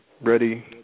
ready